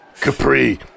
Capri